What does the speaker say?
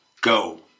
go